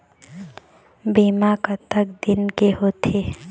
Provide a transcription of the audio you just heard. बीमा कतक दिन के होते?